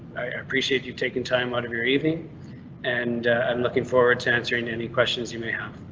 appreciate you taking time out of your evening and i'm looking forward to answering any questions you may have.